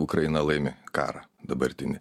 ukraina laimi karą dabartinį